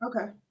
okay